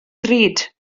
ddrud